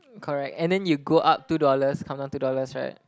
um correct and then you go up two dollars come down two dollars right